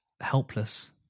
helpless